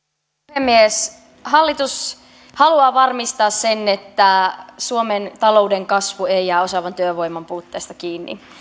puhemies hallitus haluaa varmistaa sen että suomen talouden kasvu ei jää osaavan työvoiman puutteesta kiinni